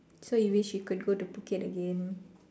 so you wish you could go to Phuket again